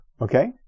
Okay